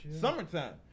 summertime